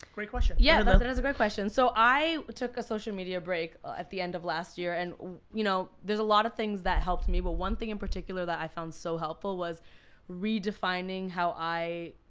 great question. yeah, that is a great question. so i took a social media break at the end of last year. and you know there's a lot of things that helped me, but one thing in particular that i found so helpful was redefining how i,